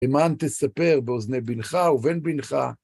למען תספר באוזני בנך ובן בנך.